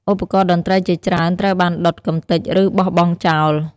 ឧបករណ៍តន្ត្រីជាច្រើនត្រូវបានដុត កម្ទេច ឬបោះបង់ចោល។